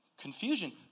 confusion